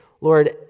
Lord